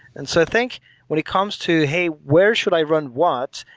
and so think when it comes to, hey, where should i run what?